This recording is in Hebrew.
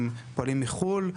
גופים שפועלים מחו"ל,